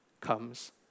comes